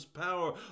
power